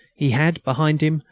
he had, behind him,